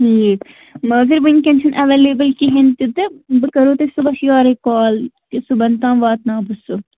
ٹھیٖک مگر وُنکٮ۪ن چھُ نہٕ ایٚویلیبُل کِہیٖنٛۍ تہِ تہٕ بہٕ کَرہو تۄہہِ صُبَحس یوٚرَے کال کہِ صُبَحن تام واتناو بہٕ سُہ